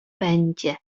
będzie